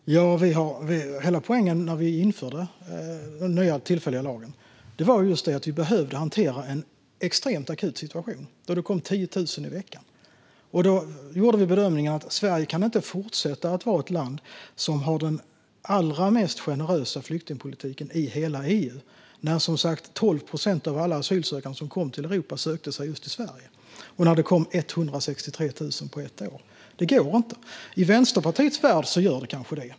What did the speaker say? Fru talman! Hela poängen när vi införde den nya, tillfälliga lagen var att vi behövde hantera en extremt akut situation, då det kom 10 000 i veckan. Vi gjorde bedömningen att Sverige inte kunde fortsätta vara det land som har den allra mest generösa flyktingpolitiken i hela EU när som sagt 12 procent av alla asylsökande som kom till Europa sökte sig till just Sverige och när det kom 163 000 på ett år. Det går inte. I Vänsterpartiets värld gör det kanske det.